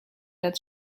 that